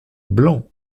blanc